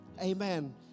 Amen